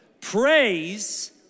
Praise